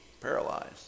paralyzed